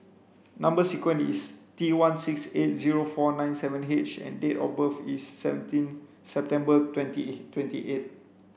number sequence is T one six eight zero four nine seven H and date of birth is seventeen September twenty twenty eight